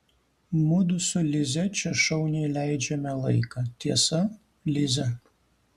mudu su lize čia šauniai leidžiame laiką tiesa lize